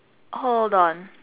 hold on